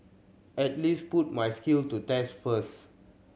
at least put my skills to test first